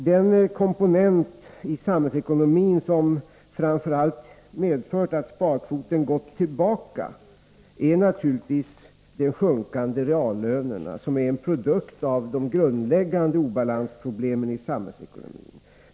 Den komponent i samhällsekonomin som framför allt medfört att sparkvoten gått tillbaka är naturligtvis de sjunkande reallönerna, som är en produkt av de grundläggande problemen med obalans i samhällsekonomin.